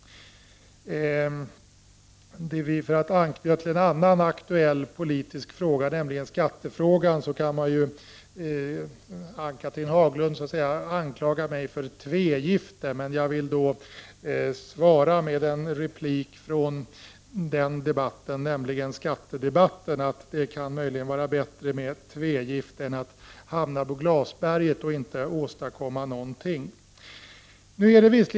Jag kan anknyta till en annan aktuell politisk fråga, nämligen skattefrågan. Ann-Cathrine Haglund kan ju anklaga mig för tvegifte. Men jag vill då svara med en replik från skattedebatten, nämligen att det möjligen kan vara bättre med ett tvegifte än att hamna på glasberget och inte åstadkomma något.